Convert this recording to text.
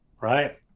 right